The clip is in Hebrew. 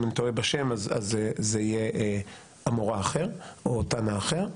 אם אני טועה בשם אז זה יהיה אמורא אחר או תנא אחר.